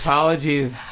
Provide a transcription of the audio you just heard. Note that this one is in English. Apologies